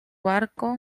marco